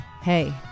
hey